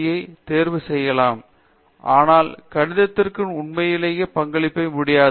பேராசிரியர் அரிந்தமா சிங் ஆனால் கணிதத்திற்கு உண்மையிலேயே பங்களிக்க முடியாது